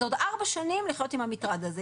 זה עוד ארבע שנים לחיות עם המטרד הזה,